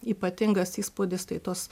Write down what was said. ypatingas įspūdis tai tos